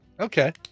Okay